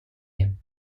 him